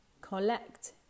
collect